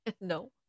no